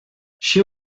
she